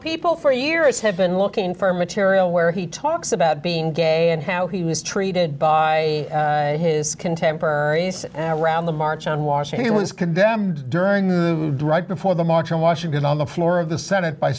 people for years have been looking for material where he talks about being gay and how he was treated by his contemporaries around the march on washington was condemned during the right before the march on washington on the floor of the senate by